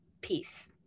peace